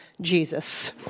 Jesus